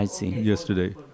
yesterday